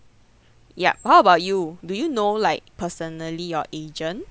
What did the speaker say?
yup how about you do you know like personally your agent